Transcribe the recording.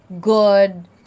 good